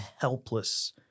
helpless